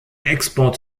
export